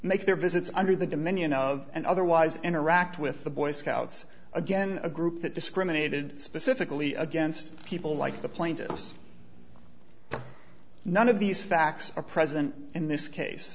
make their visits under the dominion of and otherwise interact with the boy scouts again a group that discriminated specifically against people like the plaintiffs none of these facts are present in this case